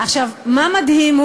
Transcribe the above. מה מדהים?